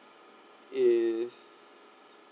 is